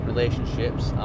Relationships